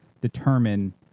determine